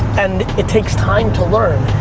and it takes time to learn.